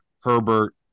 Herbert